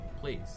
please